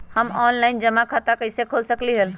हम ऑनलाइन जमा खाता कईसे खोल सकली ह?